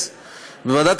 ביד?